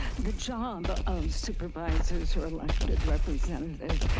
the job of supervisors, who are elected representatives,